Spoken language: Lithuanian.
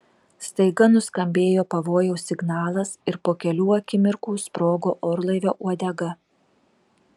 staiga nuskambėjo pavojaus signalas ir po kelių akimirkų sprogo orlaivio uodega